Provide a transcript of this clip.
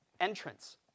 Entrance